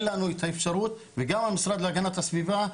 לנו את האפשרות וגם המשרד להגנת הסביבה,